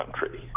country